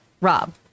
Rob